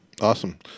Awesome